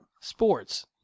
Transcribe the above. Sports